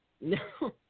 No